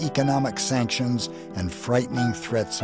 economic sanctions and frightened threats